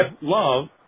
love